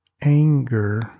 anger